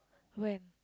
when